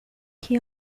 que